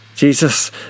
Jesus